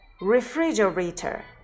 refrigerator